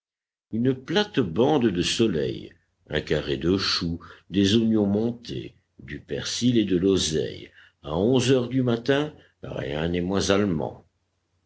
une plate-bande de soleils un carré de choux des oignons montés du persil et de l'oseille à onze heures du matin rien n'est moins allemand